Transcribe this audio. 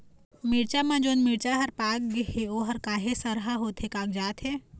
मिरचा म जोन मिरचा हर पाक गे हे ओहर काहे सरहा होथे कागजात हे?